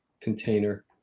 container